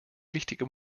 wichtiger